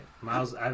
Miles